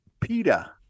PETA